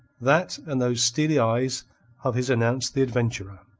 that and those steely eyes of his announced the adventurer.